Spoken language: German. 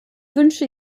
wünsche